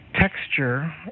texture